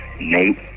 Nate